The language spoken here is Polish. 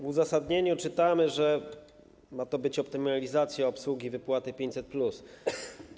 W uzasadnieniu czytamy, że ma to być optymalizacja obsługi wypłaty 500+.